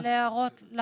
אלה הערות לחוק.